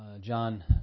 John